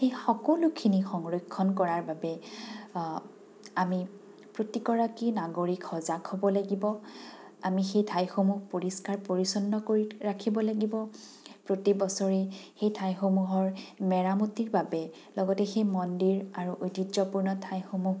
এই সকলোখিনি সংৰক্ষণ কৰাৰ বাবে আমি প্ৰতিগৰাকী নাগৰিক সজাগ হ'ব লাগিব আমি সেই ঠাইসমূহ পৰিষ্কাৰ পৰিচ্ছন্ন কৰি ৰাখিব লাগিব প্ৰতি বছৰে সেই ঠাইসমূহৰ মেৰামতিৰ বাবে লগতে সেই মন্দিৰ আৰু ঐতিহ্যপূৰ্ণ ঠাইসমূহ